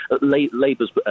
Labour's